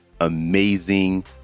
amazing